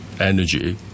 energy